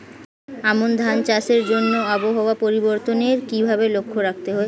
আমন ধান চাষের জন্য আবহাওয়া পরিবর্তনের কিভাবে লক্ষ্য রাখতে হয়?